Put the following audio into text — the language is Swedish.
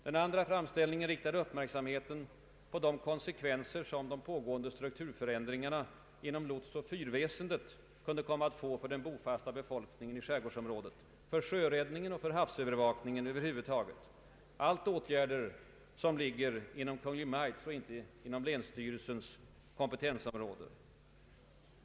Den andra framställningen riktade uppmärksamheten på de konsekvenser som pågående =<strukturförändringar inom lotsoch fyrväsendet kunde komma att få för den bofasta befolkningen i skärgårdsområdet, för sjöräddningen och havsövervakningen över huvud taget — allt företeelser som ligger inom Kungl. Maj:ts och inte inom länsstyrelsens kompetensområde.